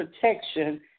protection